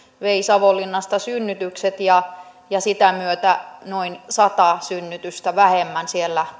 vei savonlinnasta synnytykset ja ja sitä myötä noin sata synnytystä vähemmän siellä